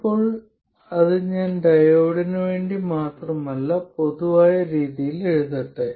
ഇപ്പോൾ ഞാൻ അത് ഡയോഡിന് വേണ്ടി മാത്രമല്ല പൊതുവായ രീതിയിൽ എഴുതട്ടെ